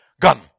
gun